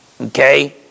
Okay